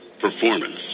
Performance